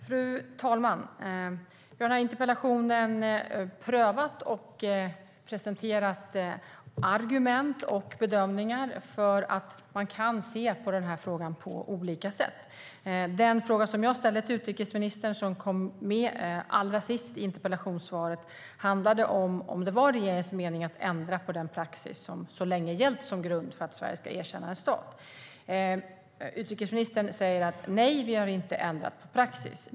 Fru talman! Vi har i interpellationen prövat och presenterat argument och bedömningar när det gäller att man kan se på denna fråga på olika sätt. Den fråga som jag ställde till utrikesministern, och som kom med allra sist i interpellationssvaret, handlade om huruvida det var regeringens mening att ändra på den praxis som så länge har gällt som grund för att Sverige ska erkänna en stat. Utrikesministern säger: Nej, vi har inte ändrat praxis.